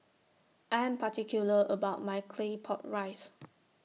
I Am particular about My Claypot Rice